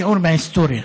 שיעור מההיסטוריה.